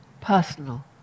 personal